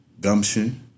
gumption